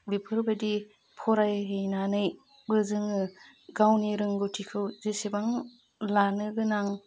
बेफोरबायदि फरायहैनानैबो जोङो गावनि रोंगौथिखौ जेसेबां लानोगोनां